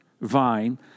vine